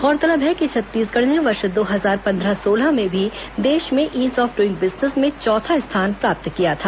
गौरतलब है कि छत्तीसगढ़ ने वर्ष दो हजार पंद्रह सोलह में भी देश में ईज ऑफ ड्ईग बिजनेस में चौथा स्थान प्राप्त किया था